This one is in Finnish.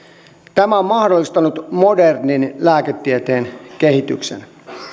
tämä on mahdollistanut modernin lääketieteen kehityksen